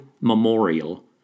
memorial